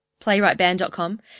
playwrightband.com